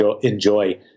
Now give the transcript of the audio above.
enjoy